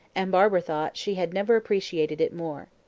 and barbara thought she had never appreciated it more.